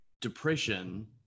depression